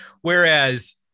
Whereas